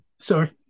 sorry